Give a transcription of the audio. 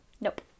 Nope